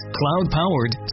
cloud-powered